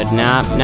nap